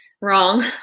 wrong